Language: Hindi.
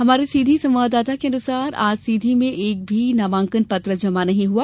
हमारे सीधी संवाददाता के अनुसार आज सीधी में एक भी नामांकन पत्र जमा नहीं हुआ